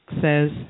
says